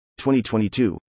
2022